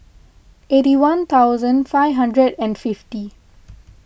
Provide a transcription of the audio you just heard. eighty one thousand five hundred and fifty